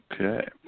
Okay